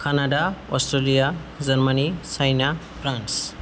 Canada Australia Germany China France